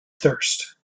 thirst